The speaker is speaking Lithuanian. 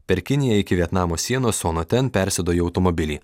per kiniją iki vietnamo sienos o nuo ten persėdo į automobilį